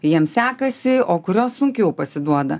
jiem sekasi o kurios sunkiau pasiduoda